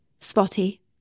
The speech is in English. spotty